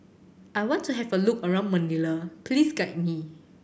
I want to have a look around Manila please guide me